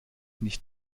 nicht